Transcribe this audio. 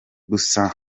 gusa